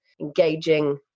engaging